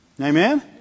Amen